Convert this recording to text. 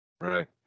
right